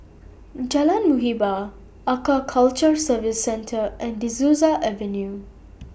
Jalan Muhibbah Aquaculture Services Centre and De Souza Avenue